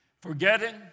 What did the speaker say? Forgetting